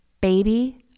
baby